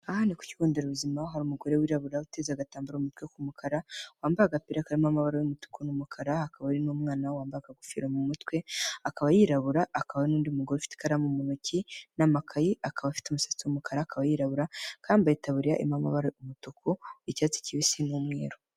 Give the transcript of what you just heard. Aha ni ku kigo nderabuzima, aho hari umugore wirabura, uteza agatambaro mu mutwe k'umukara, wambaye agapira karimo amabara y'umutuku n'umukara, akaba ari n'umwana wambaye akagofero mu mutwe. Akaba yirabura, akaba ari n'undi mugore ufite ikaramu mu ntoki n'amakayi, akaba afite umusatsi w'umukara, akaba yirabura, akaba yambaye itaburiya irimo amabara y'umutuku, icyatsi kibisi, n'umweru.